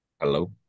Hello